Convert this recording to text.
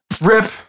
Rip